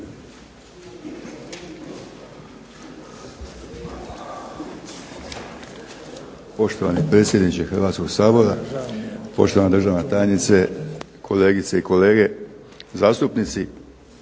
Poštovani predsjedniče Hrvatskoga sabora, poštovana državna tajnice, kolegice i kolege zastupnici.